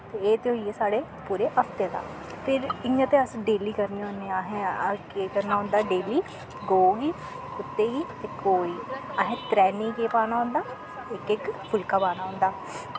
ते एह् ते होइये साढ़े हफ्ते दा फिर इ'यां ते अस डेली करने होन्ने असें केह् करना होंदा डेली गौ गी कुत्ते गी ते कौए गी असैं त्रैनें गी केह् पाना होंदा इक इक फुल्का पाना होंदा